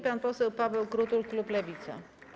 Pan poseł Paweł Krutul, klub Lewica.